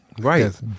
Right